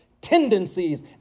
tendencies